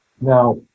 Now